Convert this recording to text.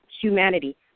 humanity